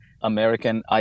American